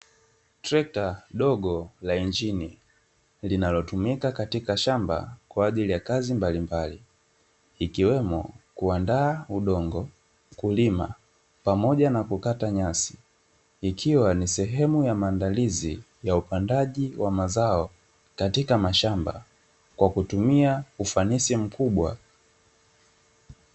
Trekta dogo la injini linalotumika katika shamba kwa ajili ya kazi mbalimbali ikiwemo kuandaa udongo, kulima pamoja na kukata nyasi ikiwa ni sehemu ya maandalizi ya upandaji wa mazao katika mashamba kwa kutumia ufanisi mkubwa.